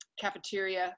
cafeteria